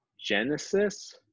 Genesis